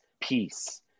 peace